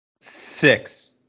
six